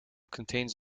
contains